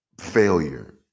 failure